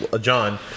John